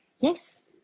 yes